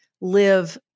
live